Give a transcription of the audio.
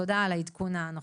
תודה על העדכון הנוכחי.